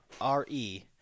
R-E